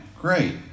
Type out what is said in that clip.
great